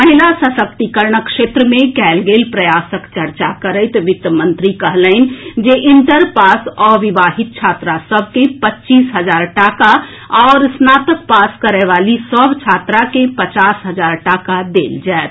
महिला सशक्तिकरणक क्षेत्र में कएल गेल प्रयासक चर्चा करैत वित्त मंत्री कहलनि जे इंटर पास अविवाहित छात्रा सभके पच्चीस हजार टाका आओर स्नातक पास करएवाली सभ छात्रा के पचास हजार टाका देल जाएत